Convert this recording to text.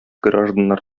гражданнар